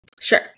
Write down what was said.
Sure